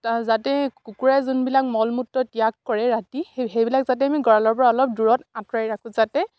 ত যাতে কুকুৰা যোনবিলাক মল মূত্ৰ ত্যাগ কৰে ৰাতি সেই সেইবিলাক যাতে আমি গঁৰালৰ পৰা অলপ দূৰত আঁতৰাই ৰাখোঁ যাতে